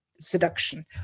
seduction